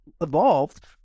evolved